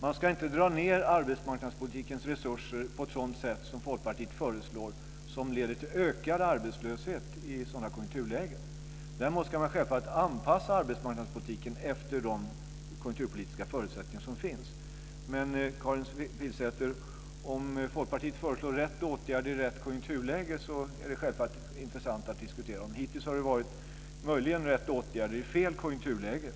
Man ska inte dra ned arbetsmarknadspolitikens resurser på ett sådant sätt som Folkpartiet föreslår som leder till ökad arbetslöshet i sådana konjunkturlägen. Däremot ska man självfallet anpassa arbetsmarknadspolitiken efter de konjunkturpolitiska förutsättningar som finns. Men, Karin Pilsäter, om Folkpartiet föreslår rätt åtgärder i rätt konjunkturläge är det självfallet intressant att diskutera. Hittills har det möjligen varit rätt åtgärder i fel konjunkturläge.